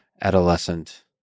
adolescent